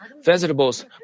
vegetables